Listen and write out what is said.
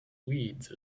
weeds